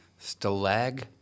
Stalag